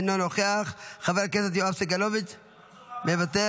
אינו נוכח, חבר הכנסת יואב סגלוביץ' מוותר,